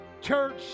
church